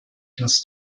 dass